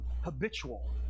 habitual